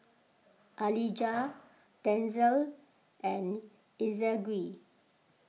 Alijah Denzel and Ezequiel